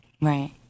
right